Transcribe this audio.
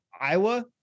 Iowa